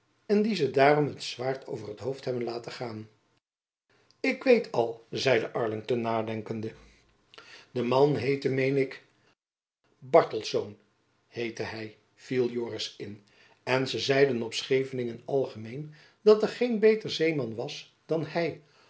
en dien se dairom het zwaird over t hoofd hebben laiten gain ik weet al zeide arlington nadenkende de man heette meen ik bartelsz heitte'n hy viel joris in en ze zeien op scheivelingen algemein dat er gein beiter zeiman was dan hy